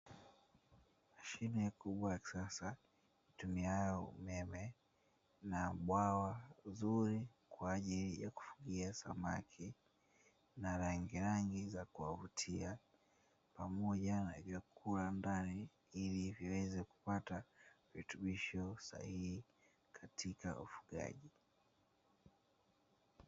Mashine kubwa ya kisasa, yenye bwawa kubwa la kufugia samaki yenye rangi tofauti.